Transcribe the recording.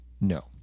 No